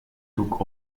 took